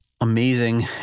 amazing